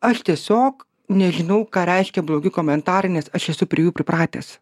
aš tiesiog nežinau ką reiškia blogi komentarai nes aš esu prie jų pripratęs